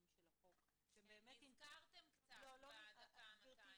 של החוק ובאמת --- נזכרתם קצת בדקה ה-200.